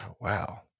Wow